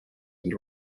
and